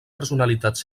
personalitats